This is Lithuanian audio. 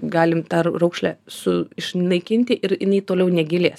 galim tą r raukšlę su naikinti ir jinai toliau negilės